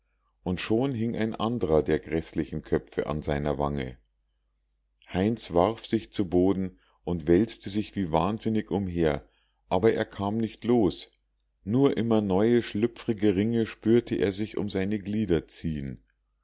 und schon hing ein andrer der gräßlichen köpfe an seiner wange heinz warf sich zu boden und wälzte sich wie wahnsinnig umher aber er kam nicht los nur immer neue schlüpfrige ringe spürte er sich um seine glieder ziehen